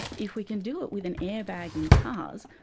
if we can do it with an airbag in cars,